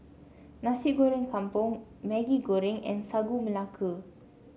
Nasi Goreng Kampung Maggi Goreng and Sagu Melaka